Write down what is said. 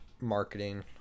marketing